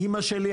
אמא שלי,